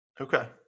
Okay